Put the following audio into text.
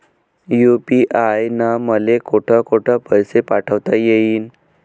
UPI न मले कोठ कोठ पैसे पाठवता येईन?